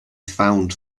found